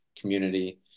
community